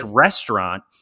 restaurant